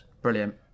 Brilliant